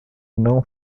non